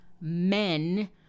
men